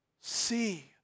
See